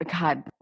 God